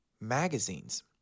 magazines